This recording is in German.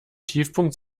tiefpunkt